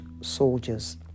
soldiers